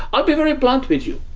i'd be very blunt with you.